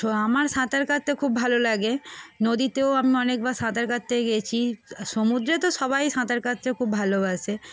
so আমার সাঁতার কাটতে খুব ভালো লাগে নদীতেও আমি অনেকবার সাঁতার কাটতে গিয়েছি সমুদ্রে তো সবাই সাঁতার কাটতে খুব ভালোবাসে